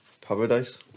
Paradise